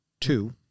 two